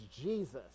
Jesus